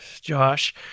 Josh